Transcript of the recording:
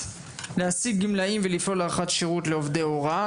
להשיג גמלאים ולפעול להארכת שירות לעובדי הוראה.